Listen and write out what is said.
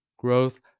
Growth